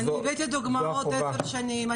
אני הבאתי דוגמאות של עשר שנים,